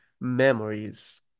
memories